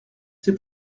c’est